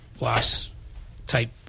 loss-type